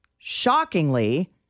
shockingly